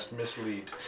mislead